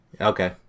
Okay